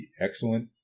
excellent